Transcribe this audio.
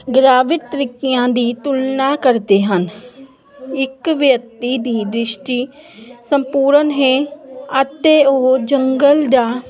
ਗਰਾਵਿਤ ਤਰੀਕਿਆਂ ਦੀ ਤੁਲਨਾ ਕਰਦੇ ਹਨ ਇਕ ਵਿਅਕਤੀ ਦੀ ਦ੍ਰਿਸ਼ਟੀ ਸੰਪੂਰਨ ਹੈ ਅਤੇ ਉਹ ਜੰਗਲ ਦਾ